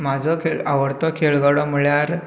म्हाजो खेळ आवडटो खेळगडो म्हळ्यार